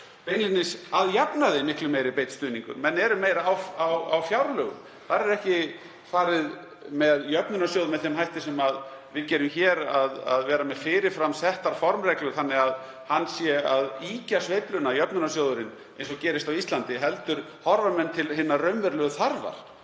beinlínis að jafnaði miklu meiri beinn stuðningur. Menn eru meira á fjárlögum. Þar er ekki farið með jöfnunarsjóð með þeim hætti sem við gerum hér, að vera með fyrir fram settar formreglur þannig að jöfnunarsjóður sé að ýkja sveiflurnar eins og gerist á Íslandi, heldur horfa menn til hinnar raunverulegu þarfar.